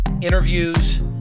interviews